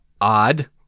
odd